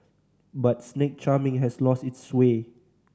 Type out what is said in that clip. but snake charming has lost its sway